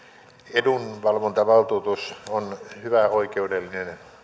edunvalvontavaltuutus on hyvä oikeudellinen